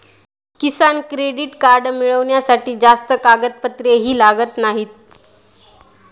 किसान credit card मिळवण्यासाठी जास्त कागदपत्रेही लागत नाहीत